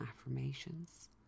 affirmations